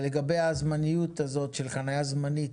לגבי הזמניות הזאת של חנייה זמנית,